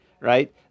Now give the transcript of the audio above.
right